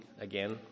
again